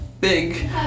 Big